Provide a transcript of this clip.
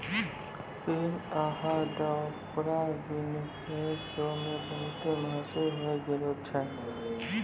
ऋण आहार द ओपरा विनफ्रे शो मे बहुते मशहूर होय गैलो छलै